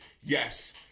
yes